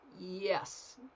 Yes